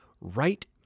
right